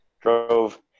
drove